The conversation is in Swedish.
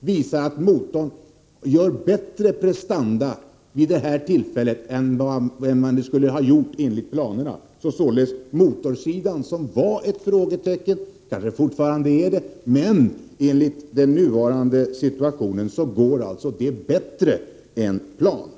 visar att motorn har bättre prestanda än vad den skulle ha enligt planerna. Motorsidan var ett frågetecken — och är det kanske fortfarande —, men här går det alltså bättre än enligt planerna.